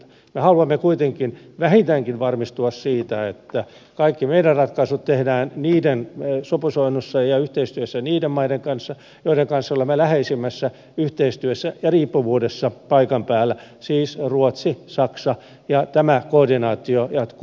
me haluamme kuitenkin vähintäänkin varmistua siitä että kaikki meidän ratkaisumme tehdään sopusoinnussa ja yhteistyössä niiden maiden kanssa joiden kanssa olemme läheisimmässä yhteistyössä ja riippuvuudessa paikan päällä siis ruotsi saksa ja tämä koordinaatio jatkuu